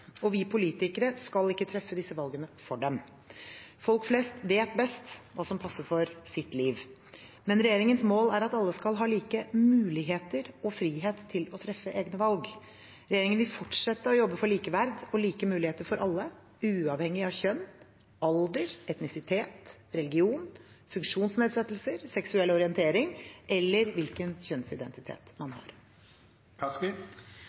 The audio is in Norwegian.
og vi politikere skal ikke treffe disse valgene for dem. Folk flest vet best hva som passer for sitt liv. Men regjeringens mål er at alle skal ha like muligheter og frihet til å treffe egne valg. Regjeringen vil fortsette å jobbe for likeverd og like muligheter for alle, uavhengig av kjønn, alder, etnisitet, religion, funksjonsnedsettelse, seksuell orientering eller hvilken kjønnsidentitet man